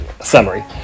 summary